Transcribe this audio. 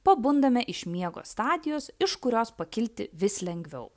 pabundame iš miego stadijos iš kurios pakilti vis lengviau